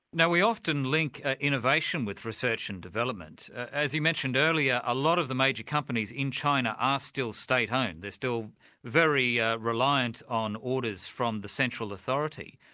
now we often link innovation with research and development. as you mentioned earlier, a lot of the major companies in china are still state-owned, they're still very ah reliant on orders from the central authority.